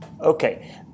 Okay